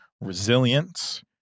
resilience